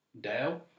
Dale